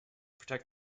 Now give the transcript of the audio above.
protect